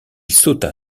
sauta